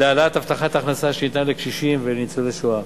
להעלאת הבטחת ההכנסה שניתנה לקשישים ולניצולי שואה.